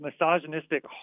misogynistic